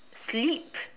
sleep